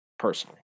Personally